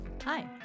Hi